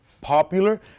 popular